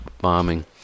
bombing